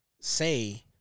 say